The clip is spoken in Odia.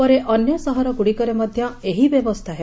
ପରେ ଅନ୍ୟ ସହର ଗୁଡିକରେ ମଧ ଏହି ବ୍ୟବସ୍ଥା ହେବ